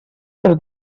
per